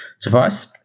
device